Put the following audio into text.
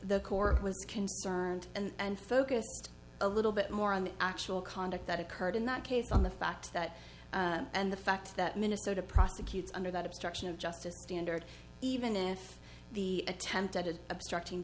the court was concerned and focused a little bit more on the actual conduct that occurred in that case on the fact that and the fact that minnesota prosecute under that obstruction of justice standard even if the attempted obstructing